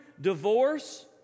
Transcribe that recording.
divorce